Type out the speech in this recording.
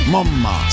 Mama